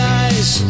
eyes